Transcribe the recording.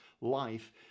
life